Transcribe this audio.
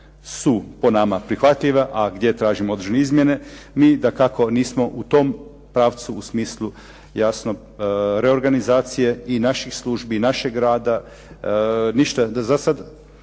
su po nama prihvatljive, a gdje tražimo određene izmjene. Mi dakako nismo u tom pravcu u smislu jasno reorganizacije i naših službi i našeg rada, ništa zasad